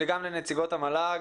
גם לנציגות המל"ג,